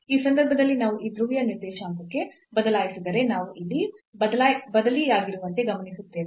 ಈ ಸಂದರ್ಭದಲ್ಲಿ ನಾವು ಈಗ ಧ್ರುವೀಯ ನಿರ್ದೇಶಾಂಕಕ್ಕೆ ಬದಲಾಯಿಸಿದರೆ ನಾವು ಇಲ್ಲಿ ಬದಲಿಯಾಗಿರುವಂತೆ ಗಮನಿಸುತ್ತೇವೆ